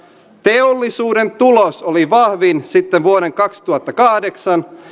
teollisuuden tulos oli vahvin sitten vuoden kaksituhattakahdeksan